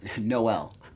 Noel